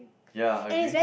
ya agree